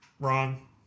Wrong